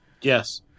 Yes